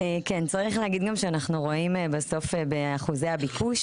צריך להגיד גם שאנחנו רואים בסוף באחוזי הביקוש